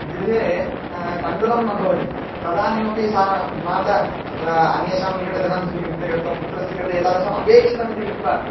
गृहे तण्डुलं न भवति तदानीमपि सा माता तत्र अन्येषां निकटे धनं स्वीकृत्य गत्वा पुत्रस्य कृते एतादृशम् अपेक्षितम् इति कृत्वा